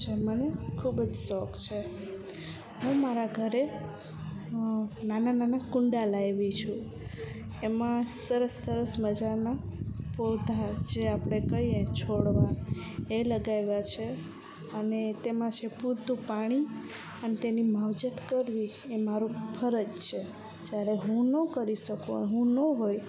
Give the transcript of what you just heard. જે મને ખૂબ જ શોખ છે હું મારા ઘરે નાનાં નાનાં કુંડા લાવી છું એમાં સરસ સરસ મજાના પોધા જે આપણે કહીએ છોડવા એ લગાવ્યા છે અને તેમાં છે પૂરતું પાણી અને તેની માવજત કરવી એ મારો ફરજ છે જ્યારે હું ન કરી શકું હું ન હોય